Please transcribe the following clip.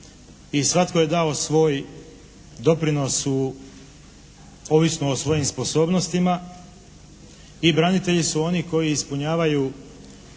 svatko je dao svoj doprinos u ovisno o svojim sposobnostima i branitelji su oni koji ispunjavaju